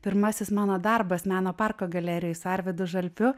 pirmasis mano darbas meno parko galerijoj su arvydu žalpiu